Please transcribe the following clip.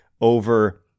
over